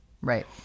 right